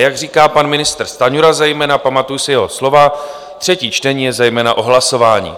A jak říká pan ministr Stanjura zejména, pamatuji si jeho slova, třetí čtení je zejména o hlasování.